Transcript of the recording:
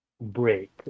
break